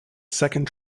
second